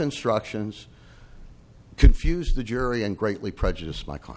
instructions confuse the jury and greatly prejudice michael